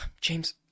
james